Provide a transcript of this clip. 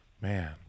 man